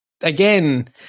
again